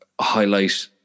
highlight